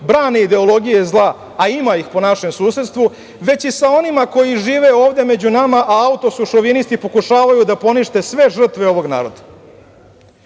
brane ideologije zla, a ima ih po našem susedstvu, već i sa onima koji žive ovde među nama, a auto su šovinisti, pokušavaju da ponište sve žrtve ovog naroda. Molim